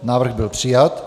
Návrh byl přijat.